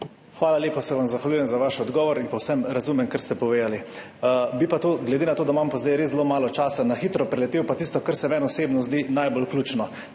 Hvala lepa. Zahvaljujem se vam za vaš odgovor in povsem razumem, kar ste povedali. Bi pa, glede na to, da imam zdaj pa res zelo malo časa, na hitro preletel tisto, kar se meni osebno zdi najbolj ključno.